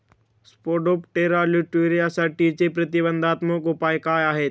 Spodoptera लिट्युरासाठीचे प्रतिबंधात्मक उपाय काय आहेत?